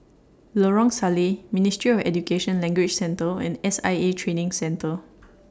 Lorong Salleh Ministry of Education Language Centre and S I A Training Centre